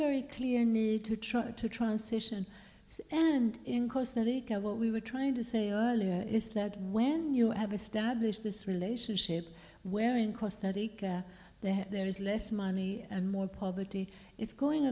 very clear need to try to transition and in costa rica what we were trying to say earlier is that when you have established this relationship where in costa rica there is less money and more poverty it's going